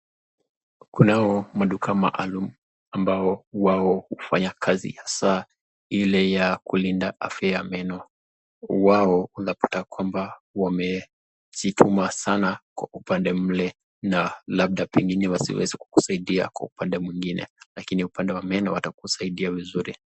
Kunao maduka maalum ambao wao hufanya kazi hasa ile ya kulinda afya ya meno, wao unapata kwamba wamejituma sana upande mle na labda wengine wasiweze kukusaidia Kwa upande mwingine, lakini upande wa meno watakusaidia vizuri.